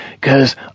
Cause